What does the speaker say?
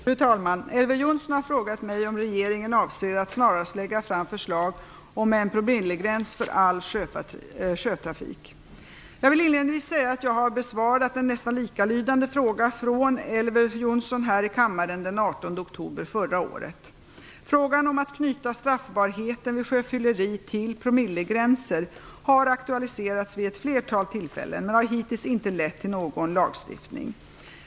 Fru talman! Elver Jonsson har frågat mig om regeringen avser att snarast lägga fram förslag om en promillegräns för all sjötrafik. Jag vill inledningsvis säga att jag har besvarat en nästan likalydande fråga från Elver Jonsson här i kammaren den 18 oktober förra året. Frågan om att knyta straffbarheten vid sjöfylleri till promillegränser har aktualiserats vid ett flertal tillfällen, men har hittills inte lett till någon lagstiftning.